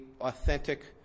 authentic